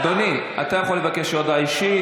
אדוני, אתה יכול לבקש הודעה אישית.